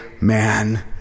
man